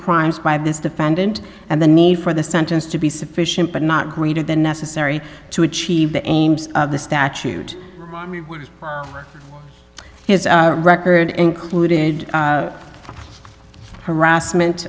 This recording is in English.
crimes by this defendant and the need for the sentence to be sufficient but not greater than necessary to achieve the aims of the statute his record included harassment